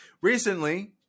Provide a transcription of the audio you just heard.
Recently